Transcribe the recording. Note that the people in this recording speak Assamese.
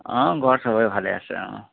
অঁ ঘৰত চবেই ভালে আছে অঁ